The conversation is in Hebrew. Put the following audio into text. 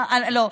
לא,